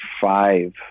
five